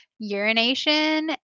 Urination